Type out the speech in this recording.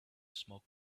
smoke